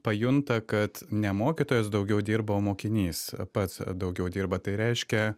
pajunta kad ne mokytojas daugiau dirba o mokinys pats daugiau dirba tai reiškia